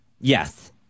Yes